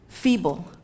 Feeble